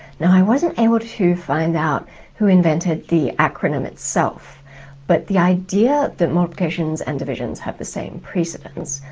now i wasn't able to find out who invented the acronym itself but the idea that multiplications and divisions have the same precedence,